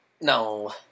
No